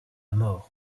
mort